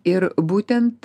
ir būtent